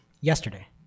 yesterday